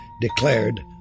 declared